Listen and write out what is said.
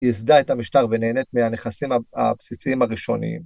יסדה את המשטר ונהנית מהנכסים הבסיסיים הראשוניים.